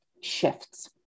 shifts